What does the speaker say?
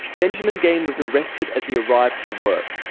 benjamin geen was arrested as he arrived for work,